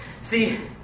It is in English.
See